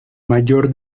mayor